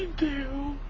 do